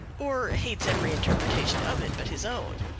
or hates every interpretation of it but his own.